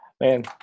Man